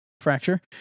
fracture